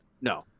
No